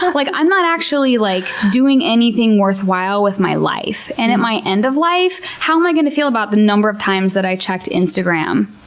like i'm not actually like doing anything worthwhile with my life and at my end of life, how am i going to feel about the number of times that i checked instagram?